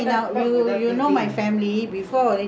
my elder brother's wedding you were there